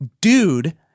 Dude